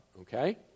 Okay